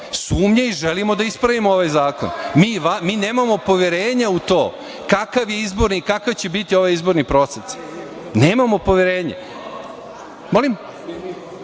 sumnje i želimo da ispravimo ovaj zakon. Mi nemamo poverenja u to, kakav je izborni i kakav će biti ovaj izborni proces? Nemamo poverenje. U